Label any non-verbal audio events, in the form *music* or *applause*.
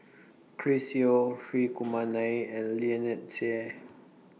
Chris Yeo Hri *noise* Kumar Nair and Lynnette Seah